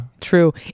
true